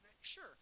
Sure